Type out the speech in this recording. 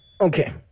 okay